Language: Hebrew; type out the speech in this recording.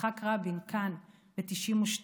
יצחק רבין כאן ב-1992.